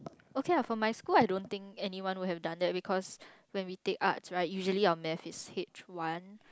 okay lah for my school I don't think anyone would have done that because when we take arts right usually our maths is H one